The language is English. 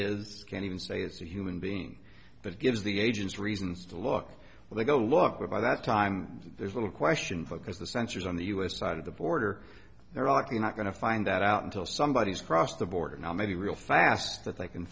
is can't even say it's a human being but it gives the agents reasons to look where they go look what by that time there's little question for because the sensors on the u s side of the border there are the not going to find that out until somebody has crossed the border now maybe real fast that they can